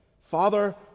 Father